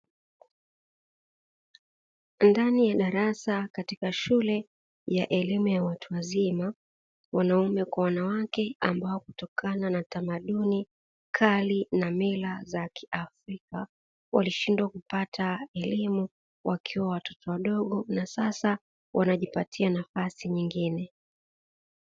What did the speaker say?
Ndani ya darasa katika shule ya elimu ya watu wazima, wanaume kwa wanawake ambao kutokana na tamaduni kali na mila za kiafrika, walishindwa kupata elimu wakiwa watoto wadogo, na sasa wanajipatia nafasi nyingine.